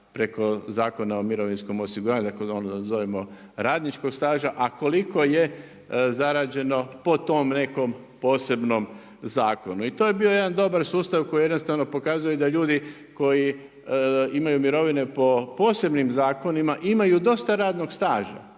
preko Zakona o mirovinskom osiguranju, dakle … radničkog staža, a koliko je zarađeno po tom nekom posebnom zakonu. I to je bio jedan dobar sustav koji jednostavno pokazuje da ljudi koji imaju mirovine po posebnim zakonima imaju dosta radnog staža,